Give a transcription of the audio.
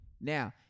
Now